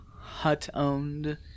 hut-owned